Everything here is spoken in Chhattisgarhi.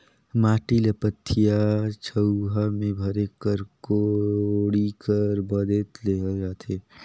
माटी ल पथिया, झउहा मे भरे बर कोड़ी कर मदेत लेहल जाथे